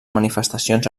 manifestacions